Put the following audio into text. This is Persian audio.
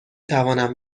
توانم